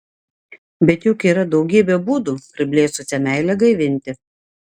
bet juk yra daugybė būdų priblėsusią meilę gaivinti